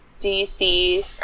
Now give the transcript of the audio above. DC